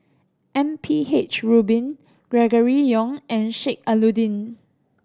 M P H Rubin Gregory Yong and Sheik Alau'ddin